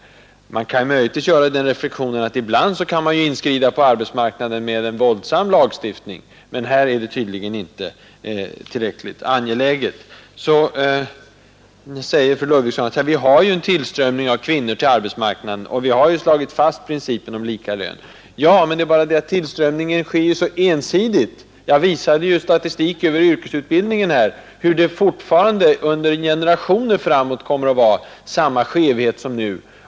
Ibland kan man inskrida på arbetsmarknaden med en våldsam lagstiftning, men här är det tydligen inte tillräckligt angeläget. Fru Ludvigsson säger att vi har en tillströmning av kvinnor till arbetsmarknaden, och att vi har slagit fast principen om likalön. Ja, men det är bara det att tillströmningen sker så ensidigt. Jag visade statistik över yrkesutbildningen, enligt vilken det fortfarande under minst en generation framåt kommer att vara samma skevhet som nu.